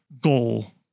goal